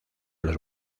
los